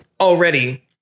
already